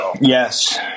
Yes